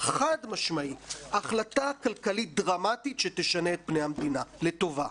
חד משמעית החלטה כלכלית דרמטית שתשנה את פני המדינה לטובה.